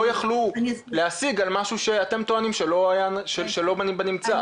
יכלו להשיג על משהו שאתם טוענים שלא בתכנון.